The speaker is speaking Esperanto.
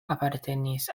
apartenis